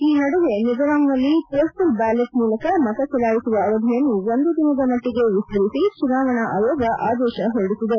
ಈ ನಡುವೆ ಮಿಜೋರಾಂನಲ್ಲಿ ಪೋಸ್ವಲ್ ಬ್ಯಾಲಟ್ ಮೂಲಕ ಮತ ಚಲಾಯಿಸುವ ಅವಧಿಯನ್ನು ಒಂದು ದಿನದ ಮಟ್ಟಿಗೆ ವಿಸ್ತರಿಸಿ ಚುನಾವಣೆ ಆಯೋಗ ಆದೇಶ ಹೊರಡಿಸಿದೆ